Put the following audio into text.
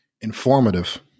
informative